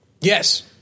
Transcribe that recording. Yes